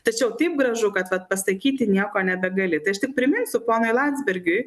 tačiau taip gražu kad vat pasakyti nieko nebegali tai aš tik priminsiu ponui landsbergiui